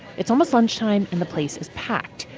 it's almost lunchtime and the place is packed.